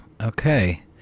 okay